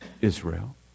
Israel